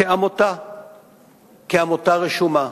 כעמותה רשומה,